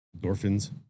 Endorphins